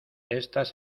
estas